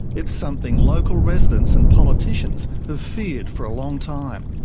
it's something local residents and politicians have feared for a long time.